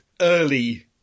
early